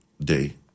Day